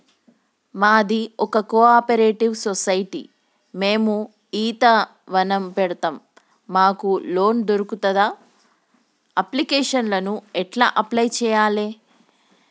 మాది ఒక cooperative society మేము ఈత వనం పెడతం మాకు లోన్ దొర్కుతదా? అప్లికేషన్లను ఎట్ల అప్లయ్ చేయాలే?